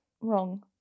wrong